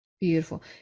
Beautiful